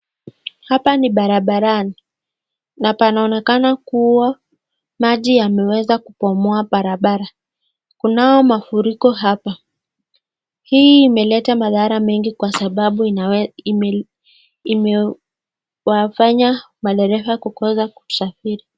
Hapa ni barabarani na panaonekana kuwa maji yameweza kubomoa barabara. Kunao mafuriko hapa. Hii imeleta madhara mengi kwa sababu imewafanya madereva kukosa kusafiri.